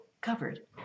covered